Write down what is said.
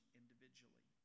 individually